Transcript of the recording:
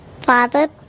Father